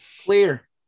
clear